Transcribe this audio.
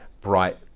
bright